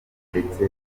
ndetse